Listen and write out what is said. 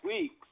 weeks